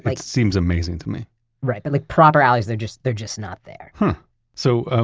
like seems amazing to me right. but like proper alleys, they're just they're just not there so, ah